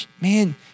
Man